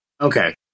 Okay